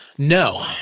No